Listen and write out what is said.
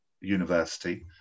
University